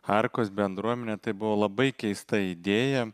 arkos bendruomenę tai buvo labai keista idėja